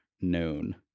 known